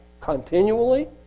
continually